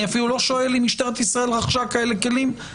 אני אפילו לא שואל אם משטרת ישראל רכשה כאלה כלים.